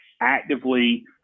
actively